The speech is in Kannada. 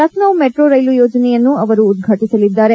ಲಖಿಸೌ ಮೆಟ್ರೋ ರೈಲು ಯೋಜನೆಯನ್ನು ಅವರು ಉದ್ಘಾಟಸಲಿದ್ದಾರೆ